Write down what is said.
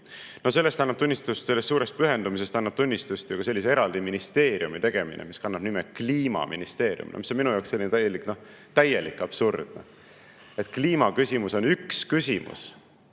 Sellest suurest pühendumisest annab tunnistust ka eraldi ministeeriumi tegemine, mis kannab nime Kliimaministeerium, mis on minu jaoks täielik absurd. Kliimaküsimus on üks küsimus